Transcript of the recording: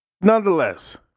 Nonetheless